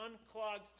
unclogged